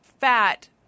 fat